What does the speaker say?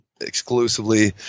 exclusively